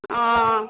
ओ